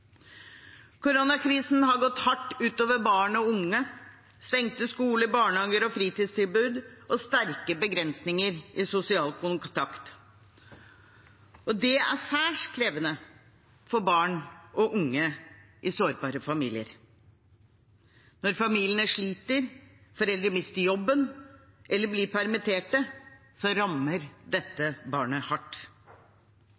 Koronakrisen har gått hardt ut over barn og unge, med stengte skoler, barnehager og fritidstilbud og sterke begrensninger i sosial kontakt. Det er særs krevende for barn og unge i sårbare familier. Når familiene sliter, foreldrene mister jobben eller blir permittert, rammer